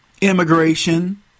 immigration